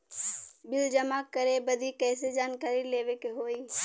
Bill जमा करे बदी कैसे जानकारी लेवे के होई?